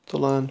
تُلان